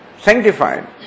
sanctified